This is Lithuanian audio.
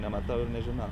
nematau ir nežinau